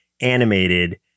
animated